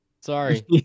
Sorry